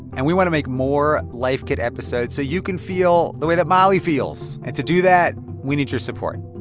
and we want to make more life kit episode so you can feel the way that molly feels. and to do that, we need your support.